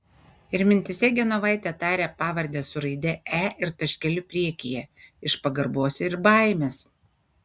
ir mintyse genovaitė taria pavardę su raide e ir taškeliu priekyje iš pagarbos ir baimės